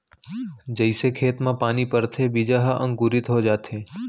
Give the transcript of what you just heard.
जइसे खेत म पानी परथे बीजा ह अंकुरित हो जाथे